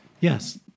Yes